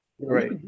Right